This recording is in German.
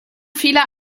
vieler